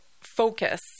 focus